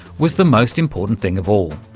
was the most important thing of all.